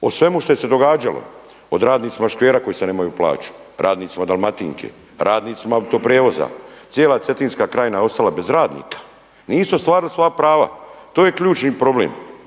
o svemu što se je događalo, od radnicima Škvera koji sad nemaju plaću, radnicima Dalmatinke, radnicima Autoprijevoza. Cijela Cetinska krajina je ostala bez radnika, nisu ostvarili svoja prava. To je ključni problem.